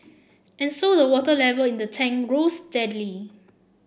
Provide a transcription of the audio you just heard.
and so the water level in the tank rose steadily